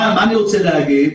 מה אני רוצה להגיד?